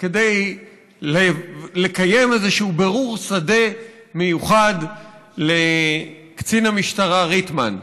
כדי לקיים איזשהו בירור שדה מיוחד לקצין המשטרה ריטמן.